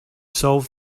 solve